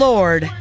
Lord